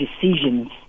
decisions